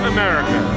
America